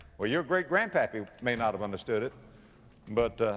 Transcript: well your great grandpappy may not have understood it but, ah,